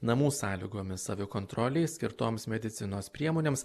namų sąlygomis savikontrolei skirtoms medicinos priemonėms